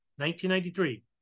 1993